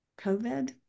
COVID